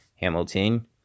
Hamilton